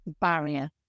barrier